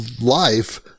life